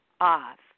off